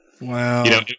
Wow